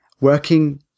working